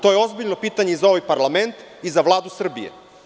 To je ozbiljno pitanje i za ovaj parlament i za Vladu Srbije.